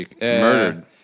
Murdered